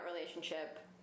relationship